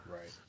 Right